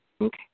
Okay